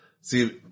see